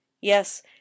yes